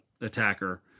attacker